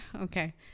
okay